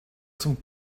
zum